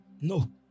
No